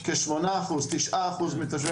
אנחנו נגביר את הכלכלה האזורית שם באזור חצור,